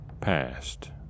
passed